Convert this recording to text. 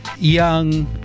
young